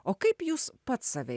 o kaip jūs pats save